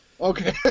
Okay